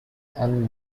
and